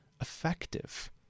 effective